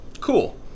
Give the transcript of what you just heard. cool